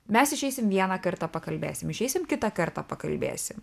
mes išeisim vieną kartą pakalbėsim išeisim kitą kartą pakalbėsim